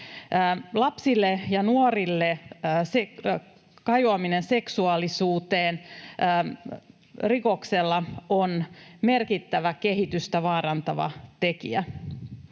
Lapsille ja nuorille kajoaminen seksuaalisuuteen rikoksella on merkittävä kehitystä vaarantava tekijä.